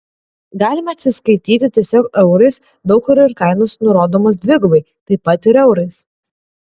galime atsiskaityti tiesiog eurais daug kur ir kainos nurodomos dvigubai taip pat ir eurais